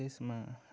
त्यसमा